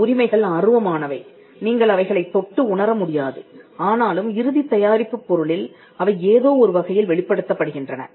இந்த உரிமைகள் அருவமானவை நீங்கள் அவைகளைத் தொட்டு உணர முடியாதுஆனாலும் இறுதித் தயாரிப்புப் பொருளில் அவை ஏதோ ஒருவகையில் வெளிப்படுத்தப்படுகின்றன